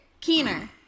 keener